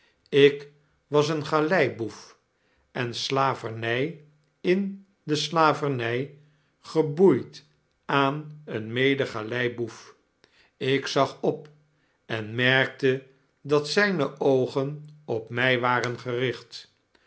ik was een galeiboef en slavernfi in de slaverntj geboeid aan een medegaleiboef ik zag op en merkte dat zijne oogen op mg waren gericht